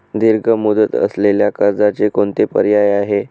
दीर्घ मुदत असलेल्या कर्जाचे कोणते पर्याय आहे?